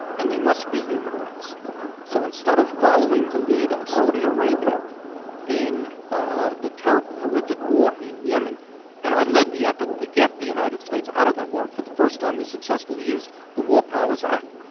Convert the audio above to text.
and they must be human rights so instead of following the lead of saudi arabia in ah the terrible, horrific war in yemen and i led the effort to get the united states out of that war. for the first time, we successfully used the war powers act.